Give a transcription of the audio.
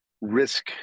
risk